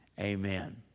amen